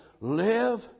Live